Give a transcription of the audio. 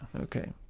Okay